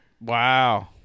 Wow